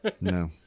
No